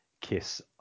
Kiss